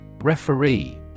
Referee